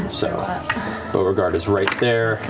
so beauregard is right there.